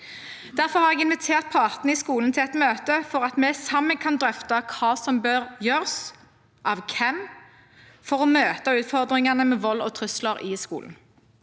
Derfor har jeg invitert partene i skolen til et møte for at vi sammen kan drøfte hva som bør gjøres, og av hvem, for å møte utfordringene med vold og trusler i skolen.